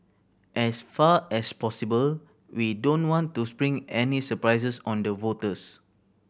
as far as possible we don't want to spring any surprises on the voters